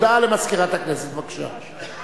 הודעה למזכירת הכנסת, בבקשה.